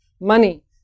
money